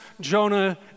Jonah